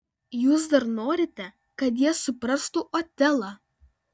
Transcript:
jūs dar norite kad jie suprastų otelą